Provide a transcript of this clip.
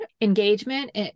engagement